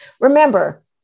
Remember